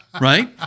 Right